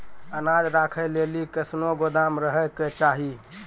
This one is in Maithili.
अनाज राखै लेली कैसनौ गोदाम रहै के चाही?